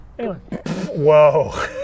Whoa